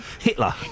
Hitler